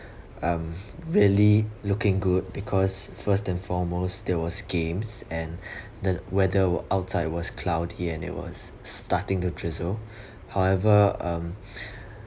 um really looking good because first and foremost there was games and then weather wo~ outside it was cloudy and it was starting to drizzle however um